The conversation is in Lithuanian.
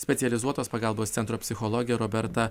specializuotos pagalbos centro psichologė roberta